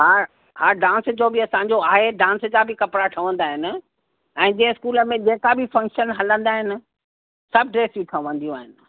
हा हा डांस जो बि असांजो आहे डांस जा बि कपिड़ा ठहंदा आहिनि ऐं जंहिं स्कूल में जेका बि फ़ंक्शन हलंदा आहिनि सभु ड्रेसियूं ठहंदियूं आहिनि